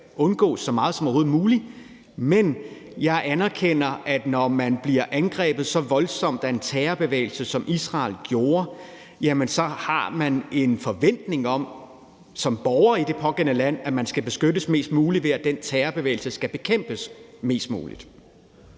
undgås så meget som overhovedet muligt. Men jeg anerkender, at man som borger, når ens land bliver angrebet så voldsomt af en terrorbevægelse, som Israel gjorde, så har en forventning om, at man skal beskyttes mest muligt, ved at den terrorbevægelse skal bekæmpes mest muligt.